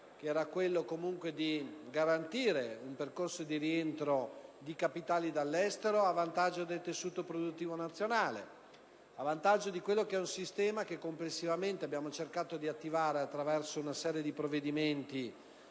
luogo quello di garantire un percorso di rientro di capitali dall'estero a vantaggio del tessuto produttivo nazionale e di un sistema che complessivamente abbiamo cercato di attivare attraverso una serie di provvedimenti